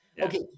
Okay